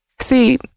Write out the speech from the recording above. See